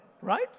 Right